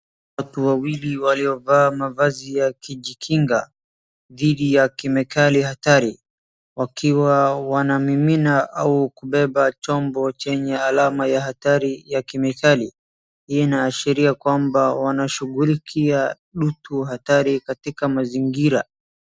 Watu wawili waliovaa mavazi ya kujikinga dhidi ya kemikali hatari wakiwa wanamimina au kubeba chombo chenye alama ya hatari ya kemikali. Hii inaashiria kwamba wanashughulikia dutu hatari katika mazingira.